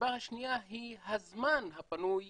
הסיבה השניה היא הזמן הפנוי